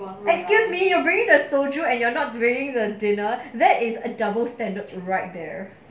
excuse me you're bringing the soldier and you're not bringing the dinner that is a double standards right there